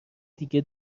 دیگه